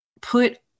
put